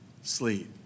sleep